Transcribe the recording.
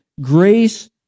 grace